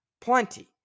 plenty